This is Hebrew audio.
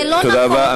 זה לא נכון, תודה רבה.